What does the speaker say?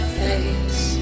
face